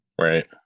Right